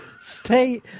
Stay